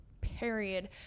period